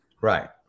Right